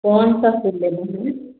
कौनसा फूल लेना है